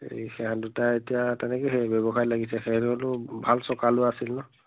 এই সেয়া দুটা এতিয়া তেনেকে সেই ব্যৱসায় লাগিছে সেইটো ভাল চোকা ল'ৰা আছিল ন